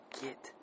get